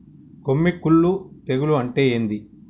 కొమ్మి కుల్లు తెగులు అంటే ఏంది?